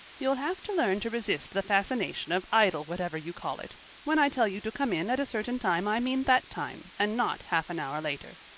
you'll have to learn to resist the fascination of idle-whatever-you-call-it. when i tell you to come in at a certain time i mean that time and not half an hour later.